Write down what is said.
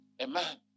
Amen